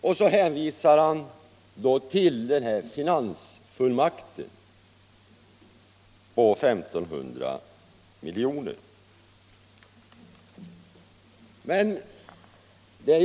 Och så hänvisar han till finansfullmakten på 1 500 milj.kr.